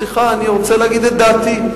סליחה, אני רוצה להגיד את דעתי.